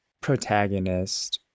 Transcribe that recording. protagonist